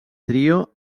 trio